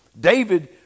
David